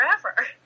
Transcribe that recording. forever